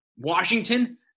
Washington